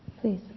Please